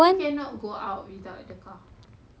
ya like I want to